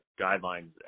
guidelines